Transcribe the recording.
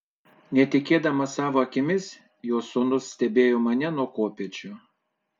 netikėdamas savo akimis jo sūnus stebėjo mane nuo kopėčių